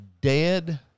dead